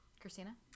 Christina